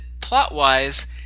plot-wise